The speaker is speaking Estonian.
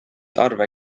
arve